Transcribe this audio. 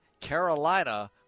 Carolina